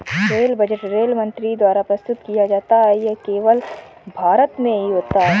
rail budget rail मंत्री द्वारा प्रस्तुत किया जाता है ये केवल भारत में ही होता है